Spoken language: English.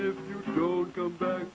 if you go back